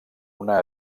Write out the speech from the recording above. una